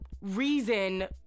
reason